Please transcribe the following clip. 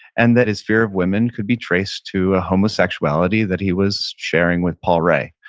and that his fear of women could be traced to a homosexuality that he was sharing with paul ree.